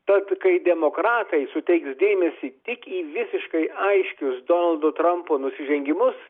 tad kai demokratai suteiks dėmesį tik į visiškai aiškius donaldo trampo nusižengimus